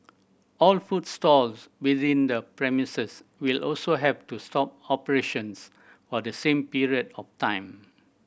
all food stalls within the premises will also have to stop operations for the same period of time